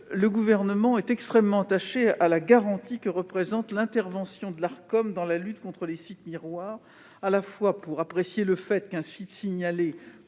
Le Gouvernement est extrêmement attaché à la garantie que représente l'intervention de l'Arcom dans la lutte contre les sites miroirs : elle permet, d'une part, d'apprécier le fait qu'un site signalé